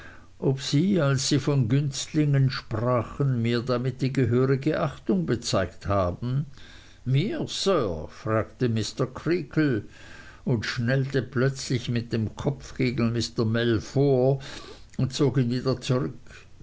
ob sie als sie von günstlingen sprachen mir damit die gehörige achtung bezeigt haben mir sir fragte mr creakle und schnellte plötzlich mit dem kopf gegen mr mell vor und zog ihn wieder zurück